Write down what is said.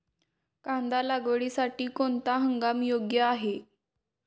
कांदा लागवडीसाठी कोणता हंगाम योग्य आहे?